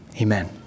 Amen